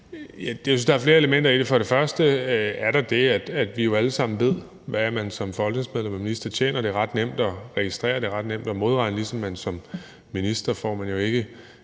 Bek): Der er flere elementer i det. Der er det, at vi jo alle sammen ved, hvad man som folketingsmedlem og minister tjener – det er ret nemt at registrere, og det er ret nemt at modregne. Som minister får man jo ikke